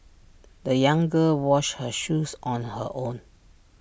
the young girl washed her shoes on her own